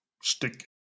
stick